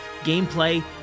gameplay